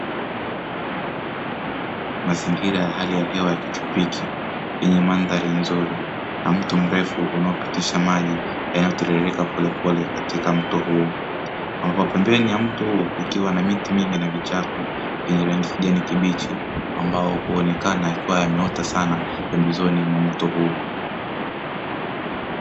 Mazingira ya hali ya hewa ya kitropiki yenye mandhari nzuri na mto mrefu unaopitisha maji yanayotiririka polepole katika mto huo, ambapo pembeni ya mto huo kukiwa na miti mingi na vichaka vyenye rangi ya kijani kibichi, ambao huonekana yakiwa yameota sana pembezoni mwa mto huo.